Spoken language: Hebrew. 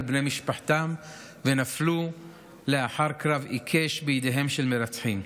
בני משפחתם ונפלו לאחר קרב עיקש בידיהם של מרצחים,